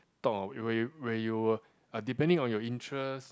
talk on where you where you were ah depending on your interest